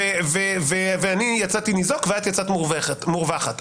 אני יצאתי ניזוק ואת יצאת מורווחת,